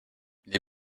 les